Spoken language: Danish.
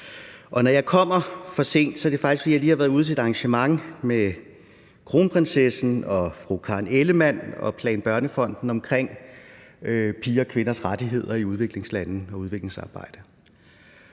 Når jeg er kommet for sent, er det faktisk, fordi jeg lige har været ude til et arrangement med kronprinsessen og fru Karen Ellemann og PlanBørnefonden omkring pigers og kvinders rettigheder i udviklingslande og udviklingsarbejde.